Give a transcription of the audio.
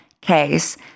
case